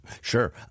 Sure